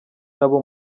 n’abo